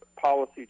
policy